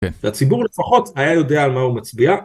הציבור לפחות היה יודע על מה הוא מצביע.